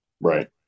right